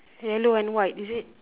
yellow and white is it